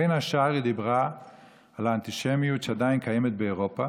בין השאר היא דיברה על האנטישמיות שעדיין קיימת באירופה